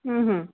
हूं हूं